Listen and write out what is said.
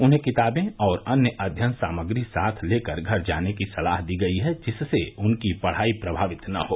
उन्हें किताबें और अन्य अध्ययन सामग्री साथ लेकर घर जाने की सलाह दी गयी है जिससे उनकी पढ़ाई प्रमावित न हो